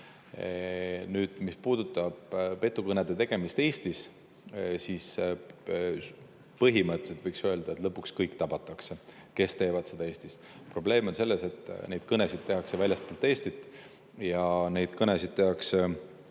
anna. Nüüd, mis puudutab petukõnede tegemist Eestis, siis põhimõtteliselt võiks öelda, et lõpuks tabatakse kõik, kes teevad seda Eestis. Probleem on selles, et neid kõnesid tehakse väljastpoolt Eestit. Need kõnekeskused